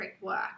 work